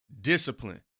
Discipline